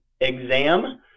exam